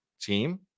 team